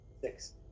Six